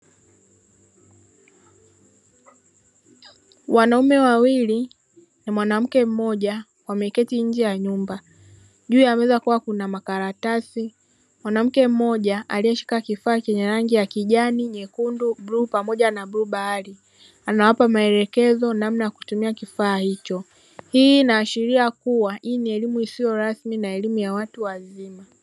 Wanaume wawili na mwanamke mmoja wameketi nje ya nyumba. Juu ya meza kukiwa kuna makaratasi. Mwanamke mmoja aliyeshika kifaa chenye rangi ya kijani, nyekundu, bluu pamoja bluu bahari, anawapa maelekezo namna ya kutumia kifaa hicho. Hii inaashiria kuwa hii ni elimu isiyo rasmi na elimu ya watu wazima.